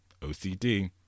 OCD